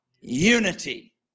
unity